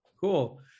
Cool